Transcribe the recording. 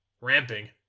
Ramping